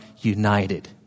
united